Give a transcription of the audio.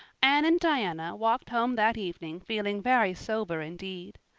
anne and diana walked home that evening feeling very sober indeed.